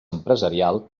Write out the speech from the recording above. empresarial